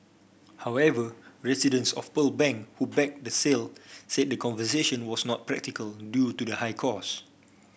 however residents of Pearl Bank who backed the sale said that conservation was not practical due to the high cost